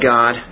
God